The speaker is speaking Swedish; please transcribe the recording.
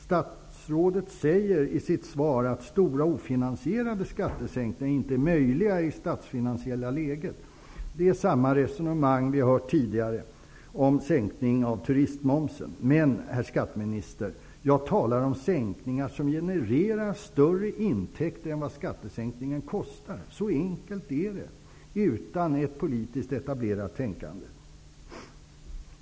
Statsrådet säger i sitt svar att ''stora ofinansierade skattesänkningar'' inte är möjliga i nuvarande statsfinansiella läge. Det är samma resonemang nu som det vi hört tidigare i fråga om sänkningen av turistmomsen. Men, herr skatteminister, jag talar om sänkningar som genererar intäkter som är större än kostnaden för skattesänkningen. Så enkelt är det -- och då utan ett politiskt etablerat tänkande!